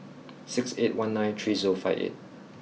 six eight one nine three zero five eight